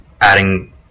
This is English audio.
adding